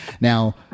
Now